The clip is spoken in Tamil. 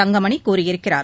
தங்கமணி கூறியிருக்கிறார்